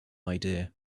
idea